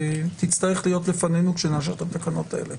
תצטרך להיות לפנינו כשנאשר את התקנות האלה.